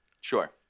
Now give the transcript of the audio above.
Sure